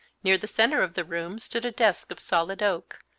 near the centre of the room stood a desk of solid oak,